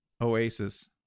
oasis